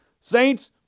Saints